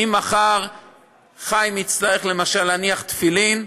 ממחר חיים יצטרך למשל להניח תפילין,